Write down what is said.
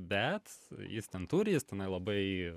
bet jis ten turi jis tenai labai